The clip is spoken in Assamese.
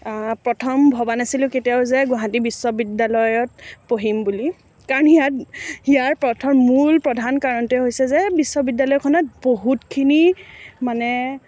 প্ৰথম ভবা নাছিলোঁ কেতিয়াও যে গুৱাহাটী বিশ্ববিদ্যালয়ত পঢ়িম বুলি কাৰণ ইয়াত ইয়াৰ প্ৰথম মূল প্ৰধান কাৰণটোৱে হৈছে যে বিশ্ববিদ্যালয়খনত বহুতখিনি মানে